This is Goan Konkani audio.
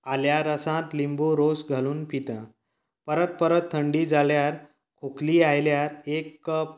आल्या रोसांत लिंबू रोस घालून पिता परत परत थंडी जाल्यार खोकली आयल्यार एक कप